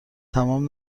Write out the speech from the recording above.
تمام